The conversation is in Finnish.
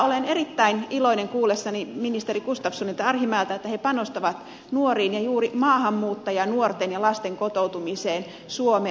olen erittäin iloinen kuullessani ministeri gustafssonilta ja arhinmäeltä että he panostavat nuoriin ja juuri maahanmuuttajanuorten ja lasten kotoutumiseen suomeen